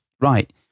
right